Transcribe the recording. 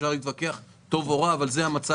אפשר להתווכח אם זה טוב או רע אבל זה המצב.